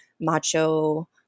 macho